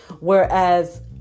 whereas